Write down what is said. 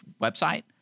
website